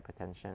hypertension